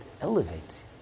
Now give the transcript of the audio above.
elevates